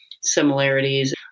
similarities